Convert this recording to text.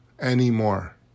anymore